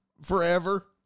forever